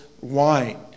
wine